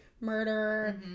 murder